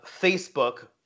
Facebook